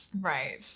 Right